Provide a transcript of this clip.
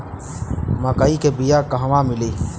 मक्कई के बिया क़हवा मिली?